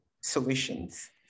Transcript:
solutions